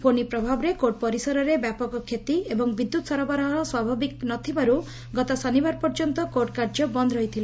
ଫୋନି ପ୍ରଭାବରେ କୋର୍ଟ ପରିସରରେ ବ୍ୟାପକ କ୍ଷତି ଏବଂ ବିଦ୍ୟୁତ୍ ସରବରାହ ସ୍ୱାଭାବିକ ନଥିବାରୁ ଗତ ଶନିବାର ପର୍ଯ୍ୟନ୍ତ କୋର୍ଟକାର୍ଯ୍ୟ ବନ୍ଦ ରହିଥିଲା